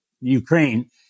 Ukraine